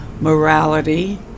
morality